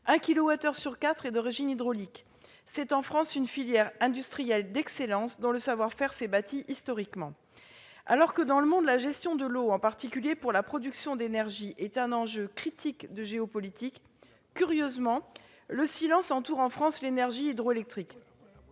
sur 4 est d'origine hydraulique. C'est en France une filière industrielle d'excellence, dont le savoir-faire s'est bâti historiquement. Alors que, dans le monde, la gestion de l'eau, en particulier pour la production d'énergie, est un enjeu critique de géopolitique, curieusement, le silence entoure en France l'énergie hydroélectrique.